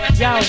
yo